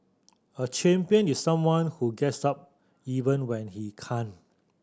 a champion is someone who gets up even when he can't